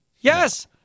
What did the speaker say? Yes